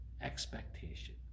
Expectation